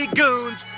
goons